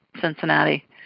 Cincinnati